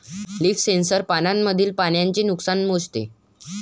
leaf sensor पानांमधील पाण्याचे नुकसान मोजते